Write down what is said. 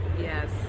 Yes